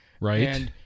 Right